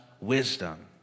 wisdom